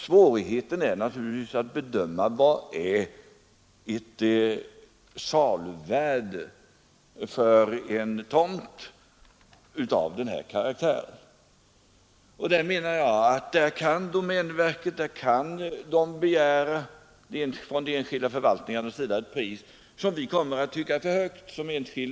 Svårigheten är naturligtvis att bedöma vad saluvärdet är för en tomt av denna karaktär. Jag menar att domänverket kan ha begärt att de lokala förvaltningarna tar ett pris som vi såsom enskilda kan tycka är alltför högt.